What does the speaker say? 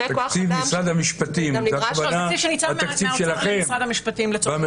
תקציב משרד המשפטים, הכוונה לתקציב שלכם במרכז?